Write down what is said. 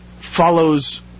follows